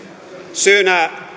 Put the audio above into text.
syynä